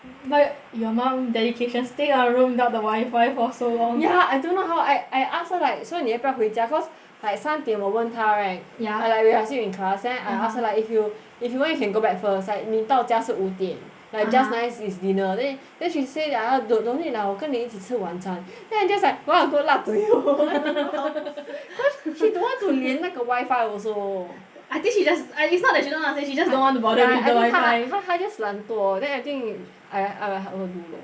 but your mom dedication stay in our room without the wifi for so long ya I don't know how I I ask her like so 你要不要回家 cause like 三点我问她 right ya like we are still in class (uh huh) then I ask her like if you if you want you can go back first like 你到家是五点 (uh huh) like just nice is dinner then then she said ya I do~ don't need lah 我跟你一起吃晚餐 then I'm just like !wah! good luck to you cause she don't want to 连那个 wifi also I think she just I it's not that she don't know to say she just don't want to bother ya I think 她 with the wifi 她 just 懒惰 then I think I I help her do lor